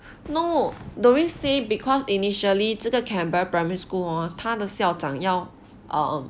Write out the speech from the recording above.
no doreen say because initially 这个 canberra primary school hor 他的校长要 um